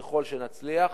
ככל שנצליח,